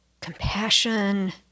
compassion